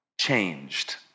changed